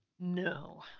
No